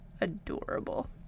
Adorable